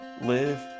Live